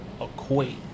equate